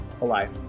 Alive